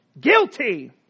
Guilty